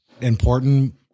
important